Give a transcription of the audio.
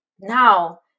Now